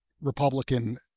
Republican